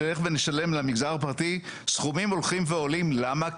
נלך ונשלם למגזר הפרטי סכומים הולכים ועולים למה?